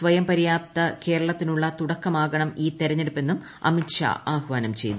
സ്വയം പര്യാപ്ത കേരളത്തിനുള്ള തുടക്കമാകണം ഈ തെരഞ്ഞെടുപ്പെന്നും അമിത് ഷാ ആഹ്വാനം ചെയ്തു